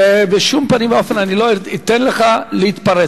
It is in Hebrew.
ובשום פנים ואופן אני לא אתן לך להתפרץ.